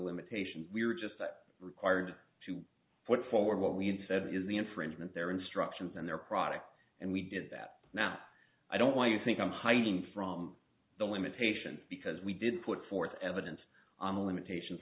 limitations we were just that required to put forward what we had said is the infringement their instructions and their product and we did that now i don't why you think i'm hiding from the limitation because we did put forth evidence on the limitations